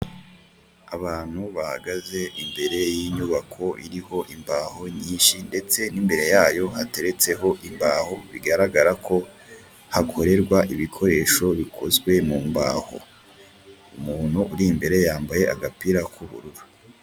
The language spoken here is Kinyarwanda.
Abantu bahagaze imbere y'inyubako iriho imbaho nyinshi ndetse n'imbere yayo hateretseho imbaho bigaragara ko hakorerwa ibikoresho bikozwe mu mbaho, umuntu uri imbere yambaye agapira k'ubururu.